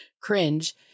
cringe